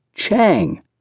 Chang